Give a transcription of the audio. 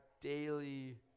daily